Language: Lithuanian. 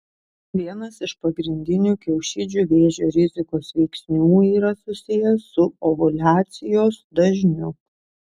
vienas iš pagrindinių kiaušidžių vėžio rizikos veiksnių yra susijęs su ovuliacijos dažniu